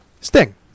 Sting